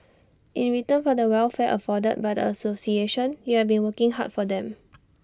in return for the welfare afforded by the association you have been working hard for them